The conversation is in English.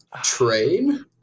Train